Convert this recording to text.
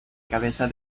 cabeza